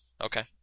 Okay